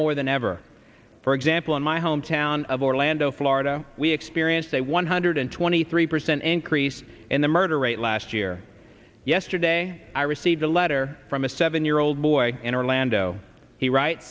more than ever for example in my hometown of orlando florida we experienced a one hundred twenty three percent increase in the murder rate last year yesterday i received a letter from a seven year old boy in orlando he writes